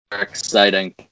exciting